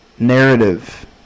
narrative